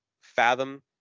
fathom